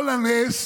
כל הנס